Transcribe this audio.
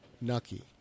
Nucky